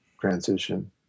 transition